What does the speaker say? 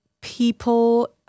people